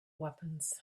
weapons